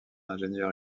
ingénieur